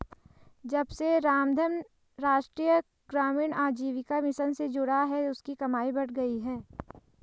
जब से रामधन राष्ट्रीय ग्रामीण आजीविका मिशन से जुड़ा है उसकी कमाई बढ़ गयी है